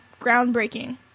groundbreaking